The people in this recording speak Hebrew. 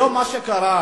היום, מה שקרה,